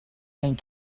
and